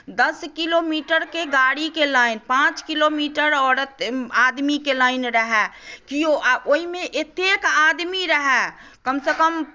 दस किलोमीटरके गाड़ीके लाइन पाँच किलोमीटर औरत आदमीके लाइन रहय कियो आ ओहिमे एतेक आदमी रहय कमसँ कम